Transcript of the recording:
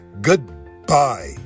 goodbye